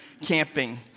camping